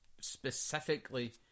specifically